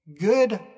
Good